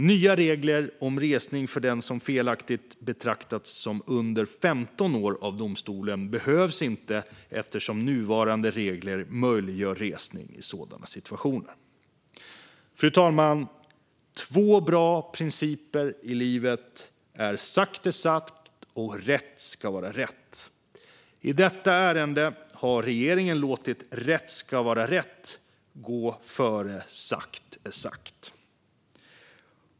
Nya regler om resning för den som felaktigt betraktats som under 15 år av domstolen behövs inte eftersom nuvarande regler möjliggör resning i sådana situationer. Fru talman! Två bra principer i livet är "sagt är sagt" och "rätt ska vara rätt". I detta ärende har regeringen låtit "rätt ska vara rätt" gå före "sagt är sagt".